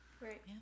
right